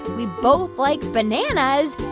we both like bananas.